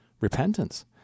Repentance